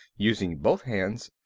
using both hands,